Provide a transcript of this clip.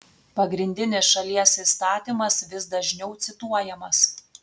pagrindinis šalies įstatymas vis dažniau cituojamas